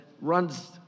runs